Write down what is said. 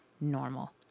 normal